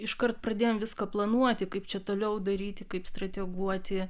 iškart pradėjom viską planuoti kaip čia toliau daryti kaip strateguoti